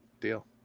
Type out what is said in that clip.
deal